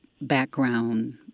background